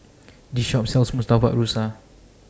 This Shop sells Murtabak Rusa